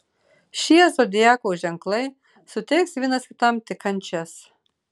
šie zodiako ženklai suteiks vienas kitam tik kančias